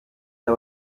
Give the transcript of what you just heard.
cya